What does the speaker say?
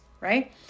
right